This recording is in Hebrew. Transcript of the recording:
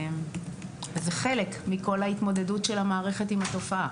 וזהו חלק מכל ההתמודדות של המערכת עם התופעה.